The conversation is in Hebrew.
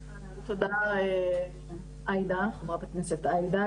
תודה, חברת הכנסת עאידה.